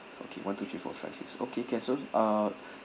okay one two three four five six okay can so uh